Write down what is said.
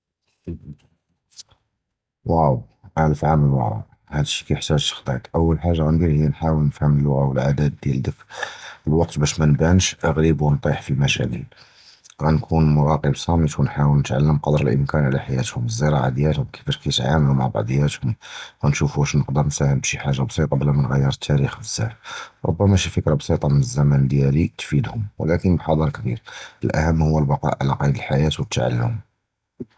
ווָאוּ אַלְף עָאם לִל-וּרַאא הַדִּי קִיְחְתָאגּ תְּחְטִית, אוּל חַאגָה גַאנְדִיר הִי נְחַאוּל נִפְהֵם אִל-לּוּגַה וְאִל-עֻ'אדַאת דִיַּלְהוּם, אִל-וַקְתּ בַּשּׁ מַנְבַּאנּש גְּרִיב וְנִטִּי חְ'לַא פִי אִל-מַשָּׁاكֵל, גַאנְקוּן מֻרַاقִיב צָּאמִט וְנִחַאוּל נִתְעַלֵּם קְדַר אִל-אִמְכָּאן עַלַהָא חַיַּאתְהוּם וְאִל-זְרָاعָה דִיַּלְהוּם כִּיפַאש קִיתְעַאמְלוּ עִם בְּעַצְּיַּאתְהוּם, גַאנְשּוּף אִש נִקְדַר נִסְהַם בְּשִי חַאגָה בְּסִיטַה בְּלָא מַנְגַ'ר אִל-תַּארִיךּ בְּזַאפ, רֻבַּּמָא שִי פִכְּרַה בְּסִיטַה מִן אַל-זַּמַּן דִיַּלִי תִּפִידְהוּם, וְלָקִין אִל-חַדַר קְבִּיר, הַמּוּהִּם הִי אִל-בַּקַּאא עַלַהָא קִיד דִיַּל חַיַאת.